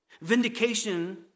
Vindication